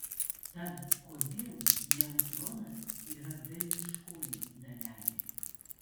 tad kodėl neutronas yra velniškoji dalelė